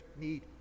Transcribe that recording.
need